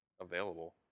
available